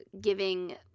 giving